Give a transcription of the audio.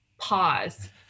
pause